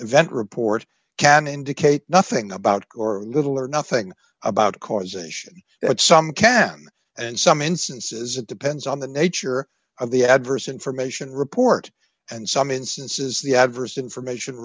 event report can indicate nothing about or little or nothing about causation that some can and some instances it depends on the nature of the adverse information report and some instances the adverse information